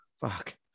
fuck